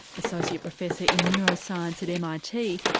associate professor in neuroscience at mit,